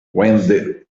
when